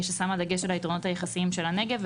ששמה דגש על היתרונות היחסיים של הנגב.